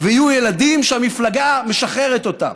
ויהיו ילדים שהמפלגה משחררת אותם,